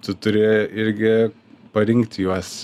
tu turi irgi parinkti juos